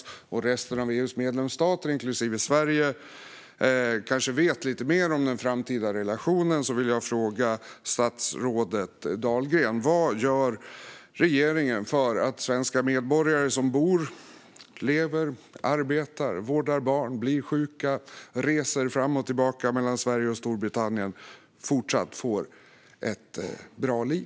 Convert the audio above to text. Nu när EU:s resterande medlemsstater, inklusive Sverige, kanske vet lite mer om den framtida relationen vill jag fråga statsrådet Dahlgren: Vad gör regeringen för att svenska medborgare som bor, lever, arbetar, vårdar barn, blir sjuka och så vidare i Storbritannien och reser fram och tillbaka mellan länderna ska fortsätta ha ett bra liv?